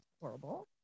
horrible